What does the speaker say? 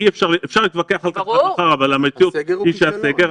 אפשר להתווכח על כך עד מחר, אבל המציאות היא הסגר.